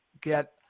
get